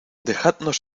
dejadnos